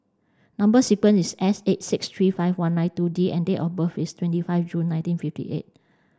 number sequence is S eight six three five one nine two D and date of birth is twenty five June nineteen fifty eight